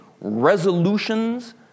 resolutions